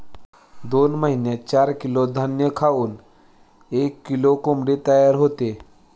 दोन महिन्यात चार किलो धान्य खाऊन एक किलो कोंबडी तयार होते